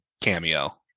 cameo